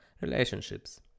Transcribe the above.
relationships